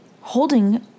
holding